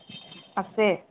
আছে